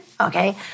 okay